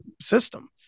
system